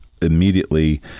immediately